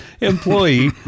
employee